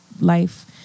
life